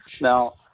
Now